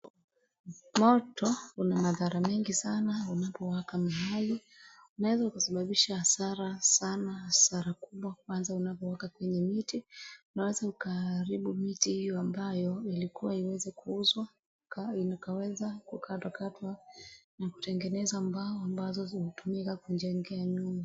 Moto una madhara mengi sana unapowaka mahali. Unawesa uka sababisha hasara sana hasara kubwa kwanza unavyowaka kwenye miti, unaweza ukaharibu miti hiyo ambayo ilikuwa iweze kuuzwa ikaweza kukatakatwa na kutengeneza mbao ambazo zingetumika kujengea nyumba.